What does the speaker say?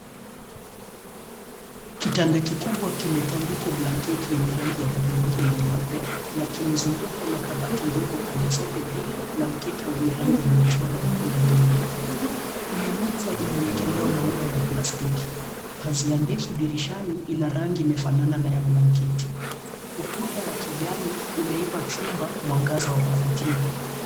Kitanda kikubwa kimetandikwa blanketi yenye rangi ya hudhurugi na nyeupe na kimezungukwa na kabati ndogo pande zote mbili na mkeka wenye rangi ya michoro ya punda milia. Kuna meza imewekelewa maua ya plastiki. Pazia ndefu dirishani ina rangi imefanana na ya blanketi. Ukuta wa kijani, unaipa chumba, mwangaza wa kuvutia.